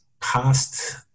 past